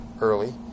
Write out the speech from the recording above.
early